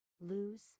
Lose